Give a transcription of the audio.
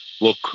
look